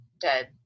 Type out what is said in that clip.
dead